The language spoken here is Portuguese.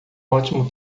ótimo